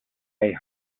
way